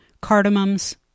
cardamoms